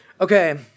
Okay